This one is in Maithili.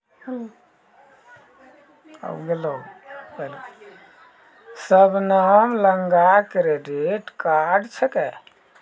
शबनम लगां क्रेडिट कार्ड छै